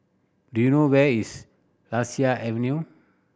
do you know where is Lasia Avenue